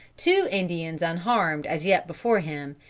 two indians unharmed as yet before him,